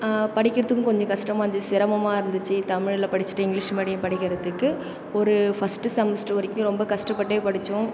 படிக்கிறதுக்கு கொஞ்சம் கஷ்டமாக இருந்துச்சு சிரமமாக இருந்துச்சு தமிழில் படிச்சிகிட்டு இங்கிலீஷ் மீடியம் படிக்கிறதுக்கு ஒரு ஃபர்ஸ்ட்டு செமஸ்டர் வரைக்கும் ரொம்ப கஷ்டப்பட்டே படிச்சோம்